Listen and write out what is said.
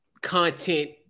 content